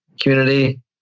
community